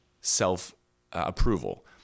self-approval